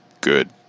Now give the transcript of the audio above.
good